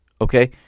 Okay